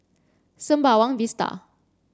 Sembawang Vista